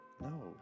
No